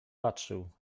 patrzył